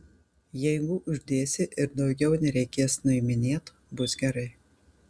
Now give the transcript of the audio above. jeigu uždėsi ir daugiau nereikės nuiminėt bus gerai